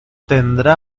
tendrá